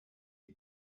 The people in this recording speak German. die